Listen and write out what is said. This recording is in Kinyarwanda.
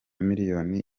miliyoni